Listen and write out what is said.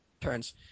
turns